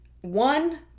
one